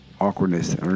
awkwardness